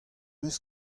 eus